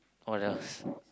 what else